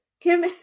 Kim